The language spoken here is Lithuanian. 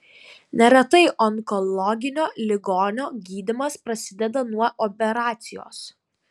neretai onkologinio ligonio gydymas prasideda nuo operacijos